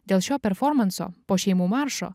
dėl šio performanso po šeimų maršo